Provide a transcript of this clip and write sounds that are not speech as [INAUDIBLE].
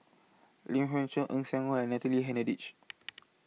Lim Poh Chuan Eng Siak Loy and Natalie Hennedige [NOISE]